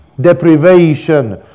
deprivation